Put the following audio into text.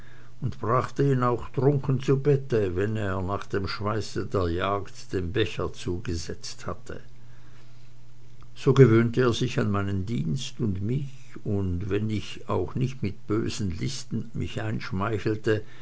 und brachte ihn auch trunken zu bette wann er nach dem schweiße der jagd dem becher zugesetzt hatte so gewohnte er sich an meinen dienst und mich und wenn ich mich auch nicht mit bösen listen einschmeichelte